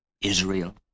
Israel